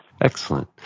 Excellent